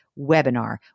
webinar